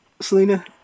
Selena